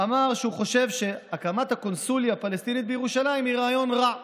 אמר שהוא חושב שהקמת הקונסוליה הפלסטינית בירושלים היא רעיון רע.